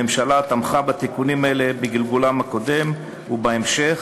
הממשלה תמכה בתיקונים האלה בגלגולם הקודם ובהמשך,